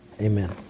Amen